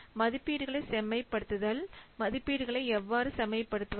மதிப்பீடுகளை செம்மைப் படுத்துதல் மதிப்பீடுகளை எவ்வாறு செம்மைப் படுத்துவது